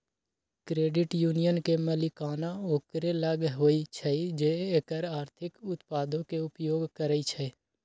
credit union के मलिकाना ओकरे लग होइ छइ जे एकर आर्थिक उत्पादों के उपयोग करइ छइ